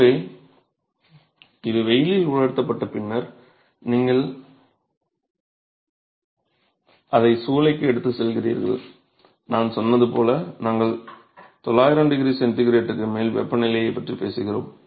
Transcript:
எனவே இது வெயிலில் உலர்த்தப்பட்ட பின்னர் நீங்கள் அதை சூளைக்கு எடுத்துச் செல்லுங்கள் நான் சொன்னது போல் நாங்கள் 900 டிகிரி சென்டிகிரேடுக்கு மேல் வெப்பநிலையைப் பற்றி பேசுகிறோம்